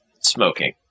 smoking